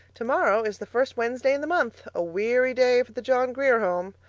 tomorrow is the first wednesday in the month a weary day for the john grier home.